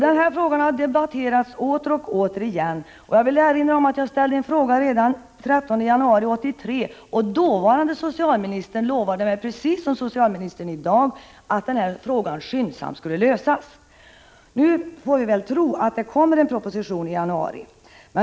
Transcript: Den här frågan har åter och återigen debatterats. Jag vill erinra om att jag redan den 13 januari 1983 ställde en fråga. Dåvarande socialministern lovade, precis som socialministern i dag, att frågan skyndsamt skulle lösas. Nu får vi väl tro att det kommer en proposition i januari.